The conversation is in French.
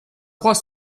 trois